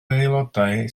aelodau